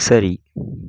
சரி